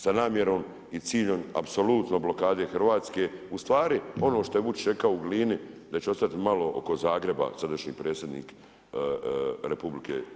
Sa namjerom i ciljem apsolutno blokade Hrvatske, ustvari ono što je Vučić rekao u Glini da će ostati malo oko Zagreba, sadašnji predsjednik RH.